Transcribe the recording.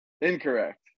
Incorrect